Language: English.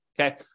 Okay